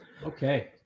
Okay